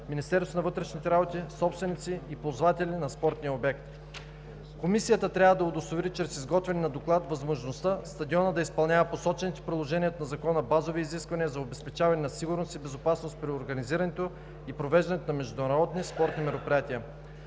Министерството на вътрешните работи, собственици и ползватели на спортния обект. Комисията трябва да удостовери чрез изготвяне на доклад възможността стадионът да изпълнява посочените в приложението на Закона базови изисквания за обезпечаване на сигурност и безопасност при организирането и провеждането на международни спортни мероприятия.